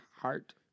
heart